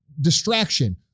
distraction